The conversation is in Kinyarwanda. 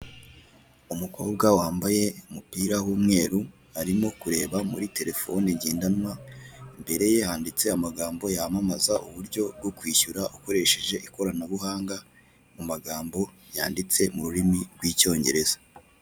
Umukobwa wambaye umupira w'umweru arimo kureba muri terefone ngendanwa, imbere ye handitse amagambo yamamaza uburyo bwo kwishyura ukoresheje ikoranabuhanga mu magambo yanditse mu rurimi rw'icyongereza.